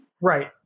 right